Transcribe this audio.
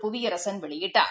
புவியரசன் வெளியிட்டார்